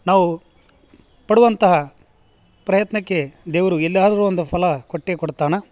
ನಾವು ಪಡುವಂತಹ ಪ್ರಯತ್ನಕ್ಕೆ ದೇವರು ಎಲ್ಲಿಯಾದರೂ ಒಂದು ಫಲ ಕೊಟ್ಟೆ ಕೊಡ್ತಾನೆ